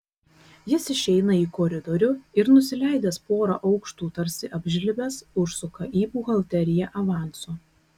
jis išeina į koridorių ir nusileidęs porą aukštų tarsi apžlibęs užsuka į buhalteriją avanso